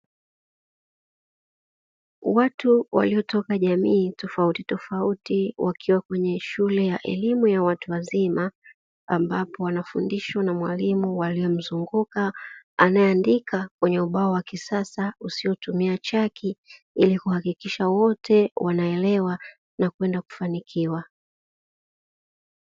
Watu waliotoka jamii tofautitofauti, wakiwa kwenye shule ya elimu ya watu wazima, ambapo wanafundishwa na mwalimu waliomzunguka anaeandika kwenye ubao wa kisasa usiotumia chaki, ili kuhakikisha wote wanaelewa na kwenda kufanikiwa.